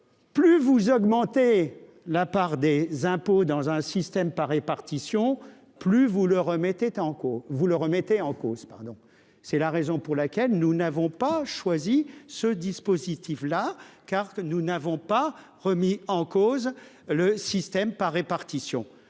plus on augmente la part des impôts dans un système par répartition, plus on le remet en cause. C'est pourquoi nous n'avons pas choisi ce dispositif, car nous n'entendons pas remettre en cause le système par répartition.